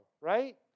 right